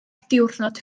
diwrnod